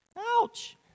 Ouch